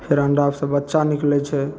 फेर अण्डासे बच्चा निकलै छै